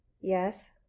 Yes